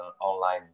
online